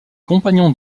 compagnons